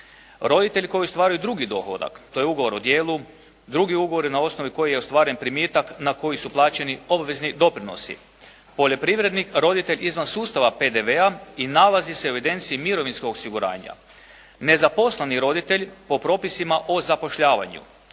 Roditelji koji ostvaruju drugi dohodak, to je ugovor o djelu, drugi ugovori na osnovi kojih je ostvaren primitak na koji su plaćeni obvezni doprinosi, poljoprivrednik roditelj izvan sustava PDV-a i nalazi se u evidenciji mirovinskog osiguranja, nezaposleni roditelj po propisima o zapošljavanju,